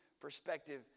perspective